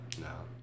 No